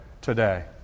today